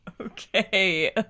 Okay